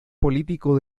político